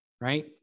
right